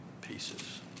pieces